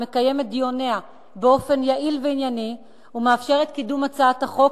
שמקיים את דיוניה באופן יעיל וענייני ומאפשר את קידום הצעת החוק.